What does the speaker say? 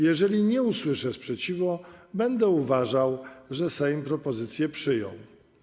Jeżeli nie usłyszę sprzeciwu, będę uważał, że Sejm propozycję przyjął.